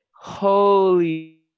Holy